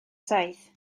saith